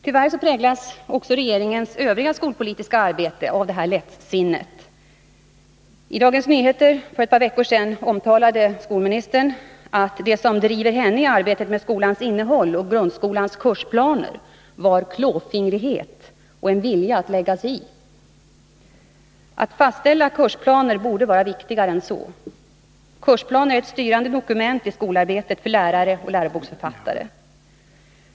Tyvärr präglas också regeringens övriga skolpolitiska arbeten av det här lättsinnet. I Dagens Nyheter för ett par veckor sedan omtalade skolministern att det som driver henne i arbetet med skolans innehåll och grundskolans kursplaner var klåfingrighet och en vilja att lägga sig i. Att fastställa kursplaner borde vara viktigare än så. Kursplaner är ett styrande dokument i skolarbetet för lärare och läroboksförfattare.